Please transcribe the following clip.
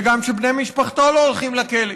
וגם שבני משפחתו לא הולכים לכלא.